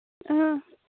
ꯑ